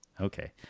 Okay